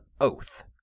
oath